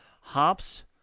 hops